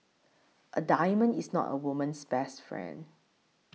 a diamond is not a woman's best friend